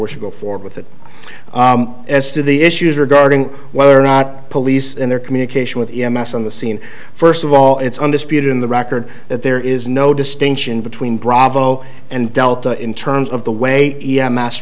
we should go forward with it as to the issues regarding whether or not police in their communication with e m s on the scene first of all it's undisputed in the record that there is no distinction between bravo and delta in terms of the way